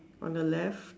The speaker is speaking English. on the left